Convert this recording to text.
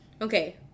Okay